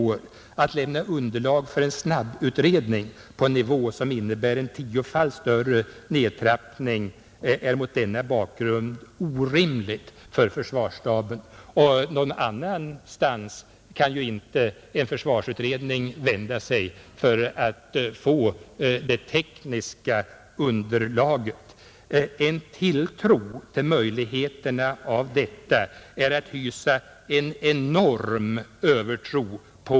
Att försvarsstaben skulle kunna lämna underlag för en snabbutredning på en nivå som innebär en tiofalt större nedtrappning är mot denna bakgrund orimligt. Och någon annanstans kan ju inte en försvarsutredning vända sig för att få det tekniska underlaget.